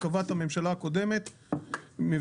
בין אם אלה לולי הרפורמה - יש לולים שעדיין לא אוכלסו,